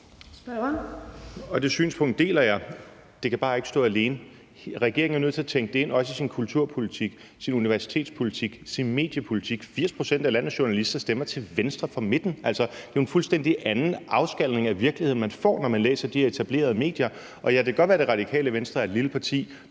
Det synspunkt deler jeg. Det kan bare ikke stå alene. Regeringen er nødt til at tænke det ind, også i sin kulturpolitik, i sin universitetspolitik og i sin mediepolitik. 80 pct. af landets journalister stemmer til venstre for midten. Altså, det er jo en fuldstændig anden afskalning af virkeligheden, man får, når man læser de etablerede medier. Ja, det kan godt være, at Radikale Venstre er et lille parti